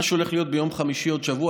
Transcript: מה שהולך להיות ביום חמישי בעוד שבוע,